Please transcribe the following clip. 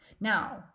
Now